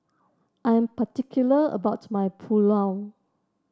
I am particular about my Pulao